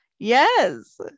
Yes